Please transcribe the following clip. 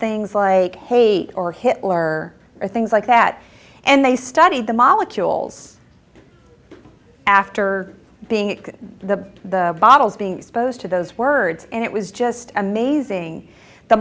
things like hate or hitler or things like that and they studied the molecules after being the bottles being exposed to those words and it was just amazing the